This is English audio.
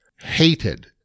hated